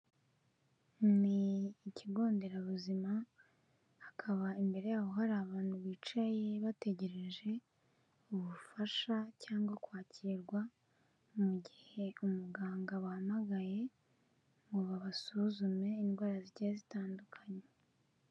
Ni ikigonderabuzima hakaba imbere yaho hari abantu bicaye bategereje ubufasha cyangwa kwakirwa mu gihe umuganga bahamagaye ngo babasuzume indwara zigiye zitandukanye.